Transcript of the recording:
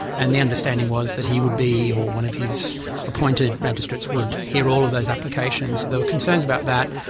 and the understanding was that he would be or one of his appointed magistrates would hear all of those applications. so there were concerns about that.